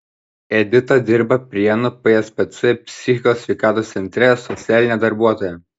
edita dirba prienų pspc psichikos sveikatos centre socialine darbuotoja